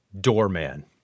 Doorman